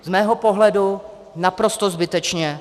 Z mého pohledu naprosto zbytečně.